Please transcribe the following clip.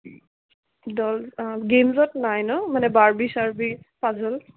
দল গেমছত নাই ন মানে বাৰ্বি চাৰ্বি পাজল